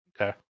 Okay